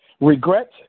Regret